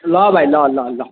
ल भाइ ल ल ल